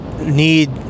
need